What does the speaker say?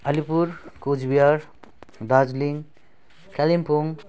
Alipur Cooch Behar Darjeeling Kalimpong